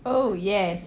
oh yes